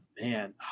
man